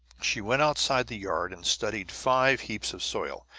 she went outside the yard and studied five heaps of soil,